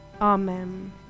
Amen